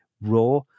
raw